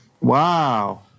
wow